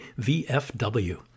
VFW